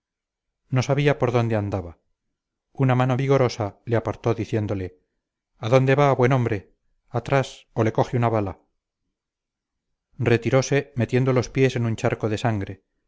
no sabía por dónde andaba una mano vigorosa le apartó diciéndole a dónde va buen hombre atrás o le coge una bala retirose metiendo los pies en un charco de sangre